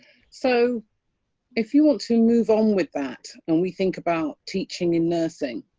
so if you want to move on with that and we think about teaching in nursing,